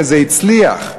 וזה הצליח.